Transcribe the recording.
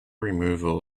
removal